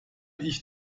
ich